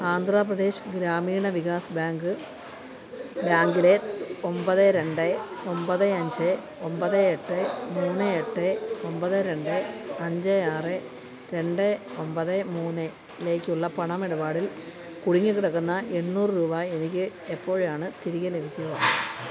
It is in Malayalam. ആന്ധ്രാ പ്രദേശ് ഗ്രാമീണ വികാസ് ബാങ്ക് ബാങ്കിലെ ഒമ്പത് രണ്ട് ഒമ്പത് അഞ്ച് ഒമ്പത് എട്ട് മൂന്ന് എട്ട് ഒമ്പത് രണ്ട് അഞ്ച് ആറ് രണ്ട് ഒമ്പത് മൂന്നിലേക്കുള്ള പണം ഇടപാടിൽ കുടുങ്ങിക്കിടക്കുന്ന എണ്ണൂറ് രൂപ എനിക്ക് എപ്പോഴാണ് തിരികെ ലഭിക്കുക